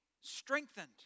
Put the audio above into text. strengthened